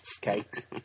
cakes